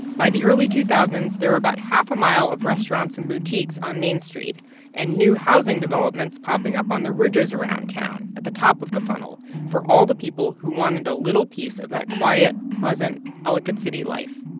by the early two thousand s, there were about half a mile of restaurants and boutiques on main street and new housing developments popping up on the ridges around town at the top of the funnel for all the people who wanted a little piece of that quiet, pleasant ellicott city life.